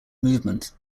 movement